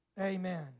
amen